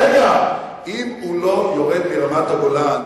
רגע: אם הוא לא יורד מרמת-הגולן,